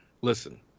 Listen